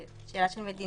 זו שאלה של מדיניות.